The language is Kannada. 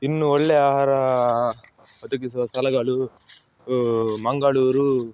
ಇನ್ನು ಒಳ್ಳೆ ಆಹಾರ ಒದಗಿಸುವ ಸ್ಥಳಗಳು ಮಂಗಳೂರು